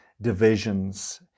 divisions